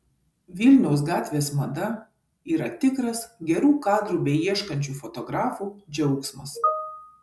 vilniaus gatvės mada yra tikras gerų kadrų beieškančių fotografų džiaugsmas